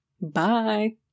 Bye